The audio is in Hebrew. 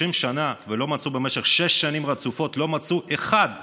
30 שנה, ובמשך שש שנים רצופות לא מצאו אחד ראוי,